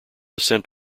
sent